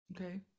okay